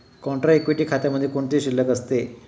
Contra equity खात्यामध्ये कोणती शिल्लक असते?